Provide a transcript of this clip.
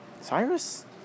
Cyrus